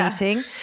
meeting